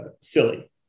silly